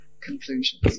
conclusions